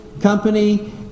company